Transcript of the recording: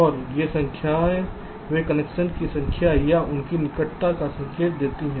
और ये संख्याएं वे कनेक्शन की संख्या या उनकी निकटता का संकेत देते हैं